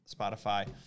Spotify